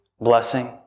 blessing